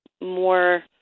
more